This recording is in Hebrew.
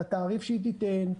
על התעריף שהיא תיתן.